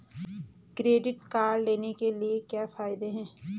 Credit card लेने के क्या फायदे हैं?